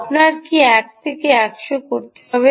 আপনার কি 1 টি 100 করতে হবে